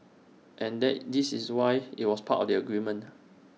and that this is why IT was part of the agreement